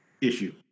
issue